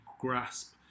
grasp